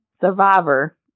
survivor